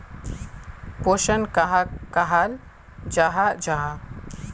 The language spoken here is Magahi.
पोषण कहाक कहाल जाहा जाहा?